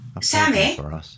Sammy